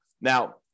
Now